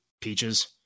peaches